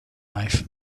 life